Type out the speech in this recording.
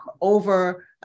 over